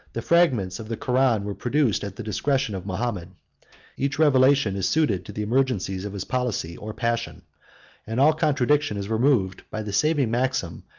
the fragments of the koran were produced at the discretion of mahomet each revelation is suited to the emergencies of his policy or passion and all contradiction is removed by the saving maxim,